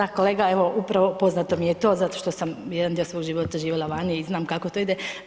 Da, kolega evo upravo poznato mi je to zato što sam jedan dio svog života živjela vani i znam kako to ide.